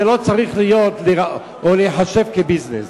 זה לא צריך להיחשב כביזנס.